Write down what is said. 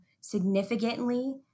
significantly